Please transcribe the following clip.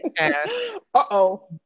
uh-oh